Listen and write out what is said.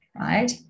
right